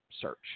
search